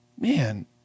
man